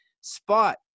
spot